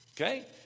Okay